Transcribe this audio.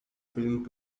film